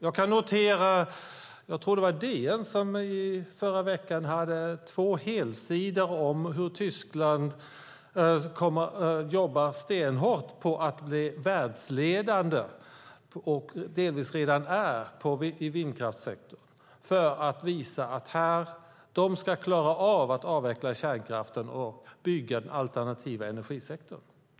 Jag tror att det var DN som förra veckan hade två helsidor om hur Tyskland jobbar stenhårt på att bli världsledande, och delvis redan är det, i vindkraftssektorn för att visa att de ska klara av att avveckla kärnkraften och bygga den alternativa energisektorn.